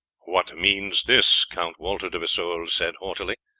what means this? count walter de vesoul said haughtily,